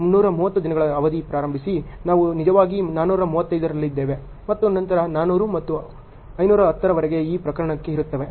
ಆದ್ದರಿಂದ ಸುಮಾರು 330 ದಿನಗಳ ಅವಧಿ ಪ್ರಾರಂಭಿಸಿ ನಾವು ನಿಜವಾಗಿ 435 ರಲ್ಲಿದ್ದೇವೆ ಮತ್ತು ನಂತರ 400 ಮತ್ತು 510 ರವರೆಗೆ ಈ ಪ್ರಕರಣಕ್ಕೆ ಇರುತ್ತೇವೆ